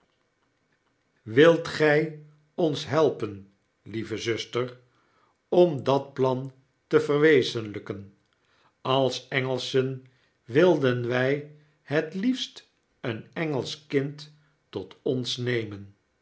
wilt gy ons helpen lieve zuster om dat plan te verwezenlijken ais engelschen wilden wij het liefst een engelsch kind tot ons nemen